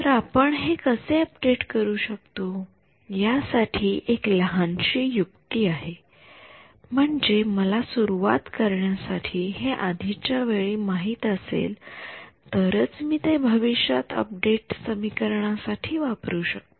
तर आपण हे कसे अपडेट करू शकतो यासाठी इथे एक लहानशी युक्ती आहे म्हणजे मला सुरवात करण्यासाठी हे आधीच्या वेळी माहित असेल तरच मी ते भविष्यात अपडेट समीकरणा साठी वापरू शकतो